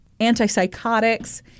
antipsychotics